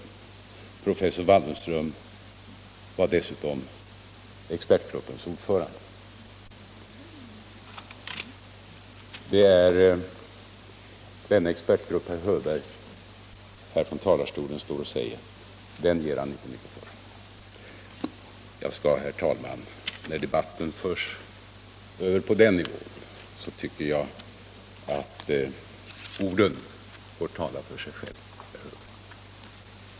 Professor Waldenström var dessutom expertgruppens ordförande. Det är den expertgruppen herr Hörberg står här i talarstolen och säger att han inte ger mycket för. När debatten förs på den nivån tycker jag att herr Hörbergs ord får tala för sig själva.